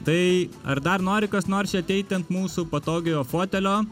tai ar dar nori kas nors čia ateiti ant mūsų patogiojo fotelio